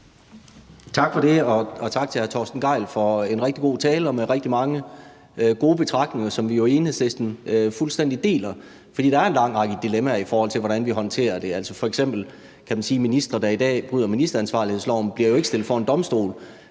Tak for det, og tak til hr. Torsten Gejl for en rigtig god tale med rigtig mange gode betragtninger, som vi jo i Enhedslisten fuldstændig deler, fordi der er en lang række dilemmaer, i forhold til hvordan vi håndterer det. F.eks. kan man sige, at ministre, der i dag bryder ministeransvarlighedsloven, jo ikke bliver stillet for en domstol.